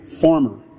former